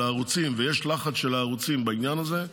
הערוצים ויש לחץ של הערוצים בעניין הזה,